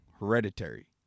hereditary